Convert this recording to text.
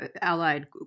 allied